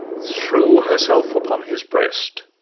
threw herself upon his breast,